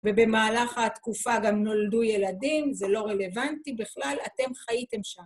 ובמהלך התקופה גם נולדו ילדים, זה לא רלוונטי בכלל, אתם חייתם שם.